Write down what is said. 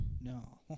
No